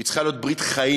היא צריכה להיות ברית חיים,